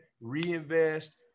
reinvest